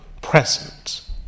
present